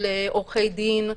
של עורכי דין,